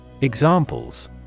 Examples